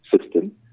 system